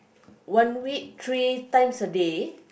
one week three times a day